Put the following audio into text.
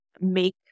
make